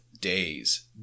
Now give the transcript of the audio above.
days